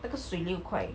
那个水六块